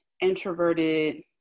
introverted